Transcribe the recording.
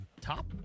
top